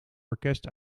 orkest